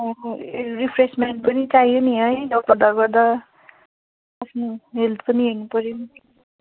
अब रिफ्रेसमेन्ट पनि चाहियो नि है हेल्थ पनि हेर्नुपऱ्यो नि